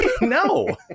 no